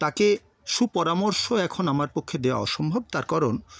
তাকে সুপরামর্শ এখন আমার পক্ষে দেওয়া অসম্ভব তার কারণ